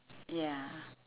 ya